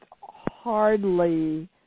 hardly